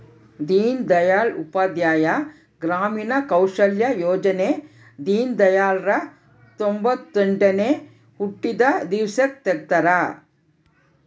ದೀನ್ ದಯಾಳ್ ಉಪಾಧ್ಯಾಯ ಗ್ರಾಮೀಣ ಕೌಶಲ್ಯ ಯೋಜನೆ ದೀನ್ದಯಾಳ್ ರ ತೊಂಬೊತ್ತೆಂಟನೇ ಹುಟ್ಟಿದ ದಿವ್ಸಕ್ ತೆಗ್ದರ